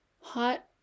hot